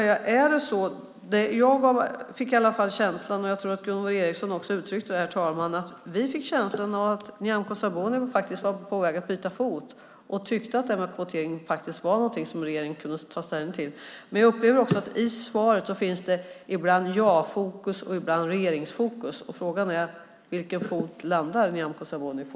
Jag fick i alla fall känslan, och jag tror att också Gunvor G Ericson fick den, att Nyamko Sabuni var på väg att byta fot och tyckte att detta med kvotering var någonting som regeringen kunde ta ställning till. Men jag upplever att det i svaret ibland finns ett ja-fokus och ibland ett regeringsfokus. Frågan är: Vilken fot landar Nyamko Sabuni på?